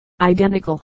identical